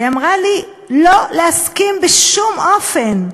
היא אמרה לי: לא להסכים בשום אופן.